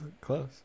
close